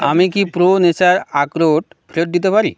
আমি কি pro nature আখরোট ফেরত দিতে পারি